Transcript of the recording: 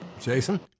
jason